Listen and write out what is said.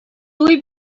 туй